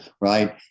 right